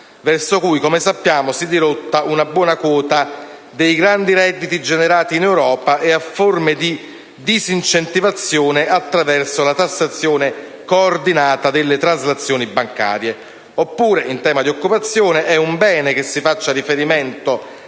verso cui, come sappiamo, si dirotta una buona quota dei grandi redditi generati in Europa, e a forme di disincentivazione attraverso la tassazione coordinata delle traslazioni bancarie. Oppure, in tema di occupazione, è un bene che si faccia riferimento